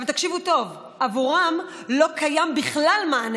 אבל תקשיבו טוב: עבורם לא קיים בכלל מענה